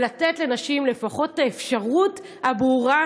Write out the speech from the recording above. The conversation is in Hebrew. ולתת לנשים לפחות את האפשרות הברורה